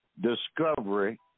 Discovery